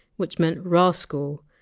which meant! rascal,